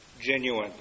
genuine